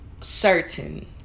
certain